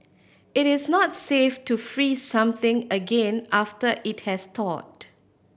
it is not safe to freeze something again after it has thawed